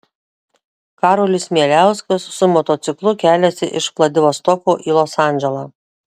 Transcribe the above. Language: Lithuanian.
karolis mieliauskas su motociklu keliasi iš vladivostoko į los andželą